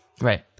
right